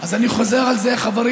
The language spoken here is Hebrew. אז אני חוזר על זה, חברים.